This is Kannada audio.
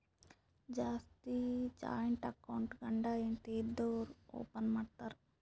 ಜಾಸ್ತಿ ಜಾಯಿಂಟ್ ಅಕೌಂಟ್ ಗಂಡ ಹೆಂಡತಿ ಇದ್ದೋರು ಓಪನ್ ಮಾಡ್ತಾರ್